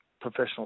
professional